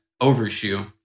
overshoe